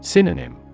Synonym